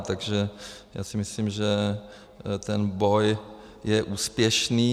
Takže já si myslím, že ten boj je úspěšný.